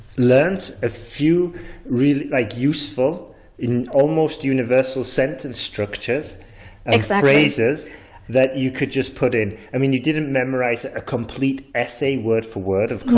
learned a few really like useful in almost universal sentence structures exactly phrases that you could just put in i mean you didn't memorize a complete essay word-for-word of